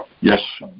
yes